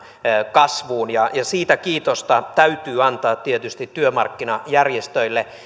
kasvuun siitä kiitosta täytyy antaa tietysti työmarkkinajärjestöille